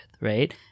right